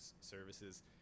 services